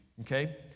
Okay